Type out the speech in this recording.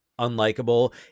unlikable